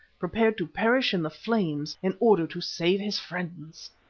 prepared to perish in the flames in order to save his friends!